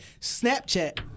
Snapchat